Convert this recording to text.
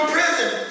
prison